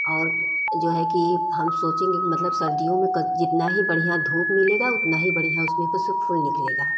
और जो है कि हम सोचेंगे कि मतलब सर्दियों में जितना ही बढ़िया धूप मिलेगा उतना ही बढ़िया उसमें से फूल निकलेगा